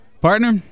Partner